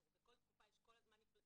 זאת אומרת בכל תקופה יש כל הזמן נפלטים,